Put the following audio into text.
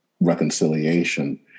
reconciliation